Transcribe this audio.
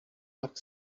pak